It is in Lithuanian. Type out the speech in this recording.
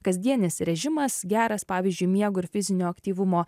kasdienis režimas geras pavyzdžiui miego ir fizinio aktyvumo